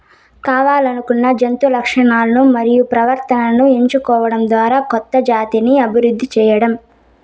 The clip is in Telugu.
కావల్లనుకున్న జంతు లక్షణాలను మరియు ప్రవర్తనను ఎంచుకోవడం ద్వారా కొత్త జాతిని అభివృద్ది చేయడం